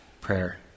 prayer